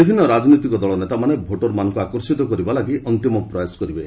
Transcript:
ବିଭିନ୍ନ ରାଜନୈତିକ ଦଳ ନେତାମାନେ ଭୋଟରମାନଙ୍କୁ ଆକର୍ଷିତ କରିବା ନିମନ୍ତେ ଅନ୍ତିମ ପ୍ରୟାସ କରିବେ